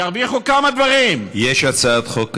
ירוויחו כמה דברים, יש הצעת חוק כזאת.